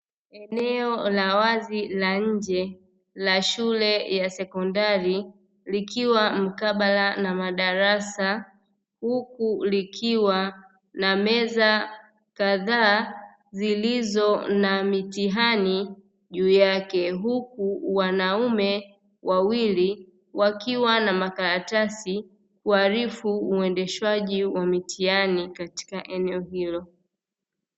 Eneo la wazi la nje la shule ya sekondari, likiwa mkabala na madarasa, huku likiwa na meza kadhaa zilizo na mitihani juu yake, huku wanaume wawili wakiwa na makaratasi kuarifu uendeshwaji wa mitihani katika eneo hilo.